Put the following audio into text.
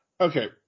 okay